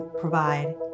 provide